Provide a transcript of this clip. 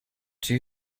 two